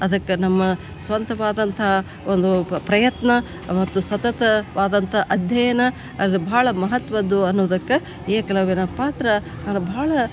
ಅದಕ್ಕೆ ನಮ್ಮ ಸ್ವಂತವಾದಂಥ ಒಂದು ಪ್ರಯತ್ನ ಮತ್ತು ಸತತವಾದಂಥ ಅಧ್ಯಯನ ಅದು ಭಾಳ ಮಹತ್ವದ್ದು ಅನ್ನುದಕ್ಕೆ ಏಕಲವ್ಯನ ಪಾತ್ರ ಅಂದ್ರೆ ಭಾಳ